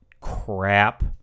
crap